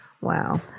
Wow